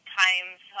times